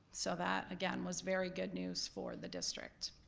so that, again, was very good news for the district.